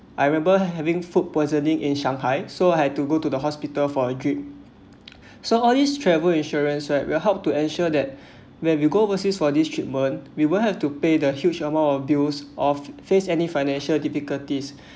I remember having food poisoning in shanghai so I had to go to the hospital for a drip so all these travel insurance right will help to ensure that when you go overseas for this treatment we will have to pay the huge amount of bills or faced any financial difficulties